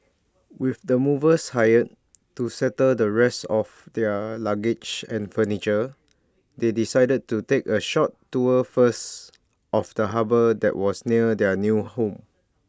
with the movers hired to settle the rest of their luggage and furniture they decided to take A short tour first of the harbour that was near their new home